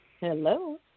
Hello